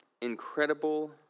incredible